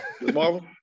Marvel